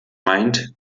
meint